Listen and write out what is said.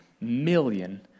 million